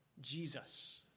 Jesus